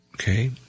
Okay